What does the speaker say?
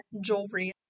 jewelry